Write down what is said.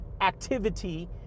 activity